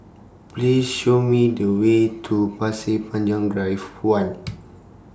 Please Show Me The Way to Pasir Panjang Drive one